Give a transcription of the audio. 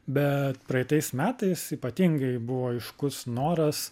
bet praeitais metais ypatingai buvo aiškus noras